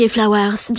Flowers